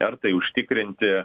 ar tai užtikrinti